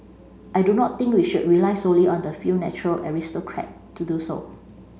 I do not think we should rely solely on the few natural aristocrat to do so